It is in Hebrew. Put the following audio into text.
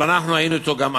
אבל אנחנו היינו אתו גם אז.